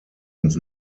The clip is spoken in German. ins